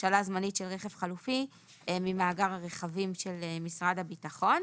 השאלה זמנית של רכב חלופי ממאגר הרכבים של משרד הביטחון.